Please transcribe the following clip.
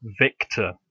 Victor